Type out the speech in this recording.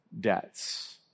debts